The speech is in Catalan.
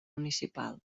municipal